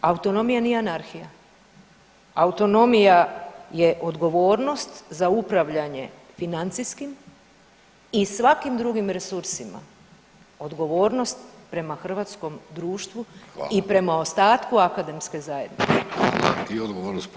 Autonomija nije anarhija, autonomija je odgovornost za upravljanje financijskim i svakim drugim resursima, odgovornost prema hrvatskom društvu i prema ostatku akademske zajednice.